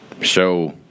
show